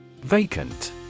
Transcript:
Vacant